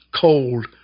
cold